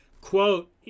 quote